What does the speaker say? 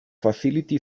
facility